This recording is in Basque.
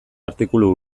artikulu